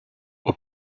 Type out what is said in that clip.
aux